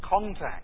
contact